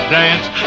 dance